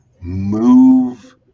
move